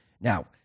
Now